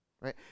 right